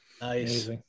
Nice